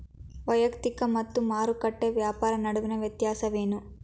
ವೈಯಕ್ತಿಕ ಮತ್ತು ಮಾರುಕಟ್ಟೆ ವ್ಯಾಪಾರ ನಡುವಿನ ವ್ಯತ್ಯಾಸವೇನು?